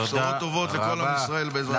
בשורות טובות לכל עם ישראל, בעזרת השם.